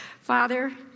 Father